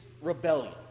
rebellion